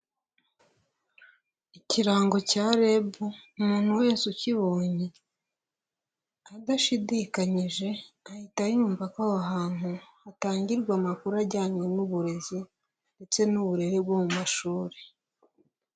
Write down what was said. Ikirango cya REB, umuntu wese ukibonye, adashidikanyije ahita yumva ko aho hantu hatangirwa amakuru ajyanye n'uburezi ndetse n'uburere bwo mu mashuri.